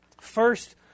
First